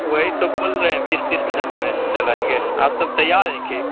वही तो बोल रहे हैं बीस तीस मिनट में चल आएँगे आप सब तैयार हैं कि